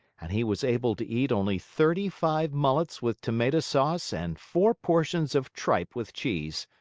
and he was able to eat only thirty-five mullets with tomato sauce and four portions of tripe with cheese.